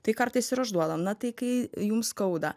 tai kartais ir aš duodam na tai kai jum skauda